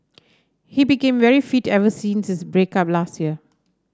he became very fit ever since his break up last year